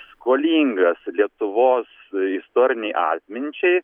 skolingas lietuvos istorinei atminčiai